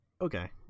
Okay